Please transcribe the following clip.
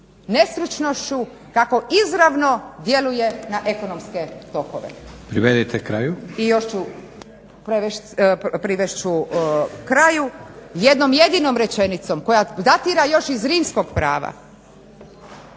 nestručnošću tako izravno djeluje na ekonomske tokove. … /Upadica: Privedite kraju./ … I još ću privesti kraju jednom jedinom rečenicom koja datira još iz rimskog prava.